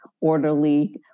orderly